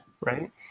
right